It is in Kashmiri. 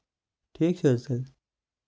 ٹھیٖک چھِ حظ تیٚلہِ